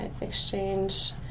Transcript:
exchange